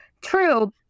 True